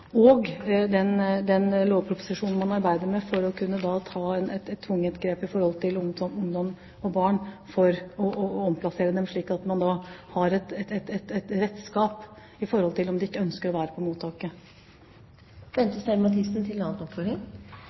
og barnevernet for å følge opp dette, samt den lovproposisjonen man arbeider med for å kunne ta et tvungent grep for å omplassere barn og ungdom, slik at man har et redskap om de ikke ønsker å være på mottaket. Barnevernet i Asker er inne i bildet her, og de undersøkte alle bekymringsmeldingene som kom inn med hensyn til